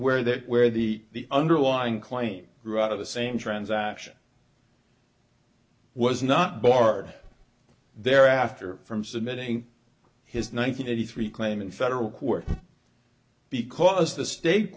wear that where the underlying claim grew out of the same transaction was not barred thereafter from submitting his nine hundred eighty three claim in federal court because the state